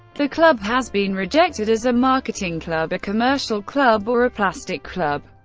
the club has been rejected as a marketing club, a commercial club or a plastic club.